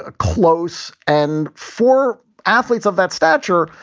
ah close. and for athletes of that stature,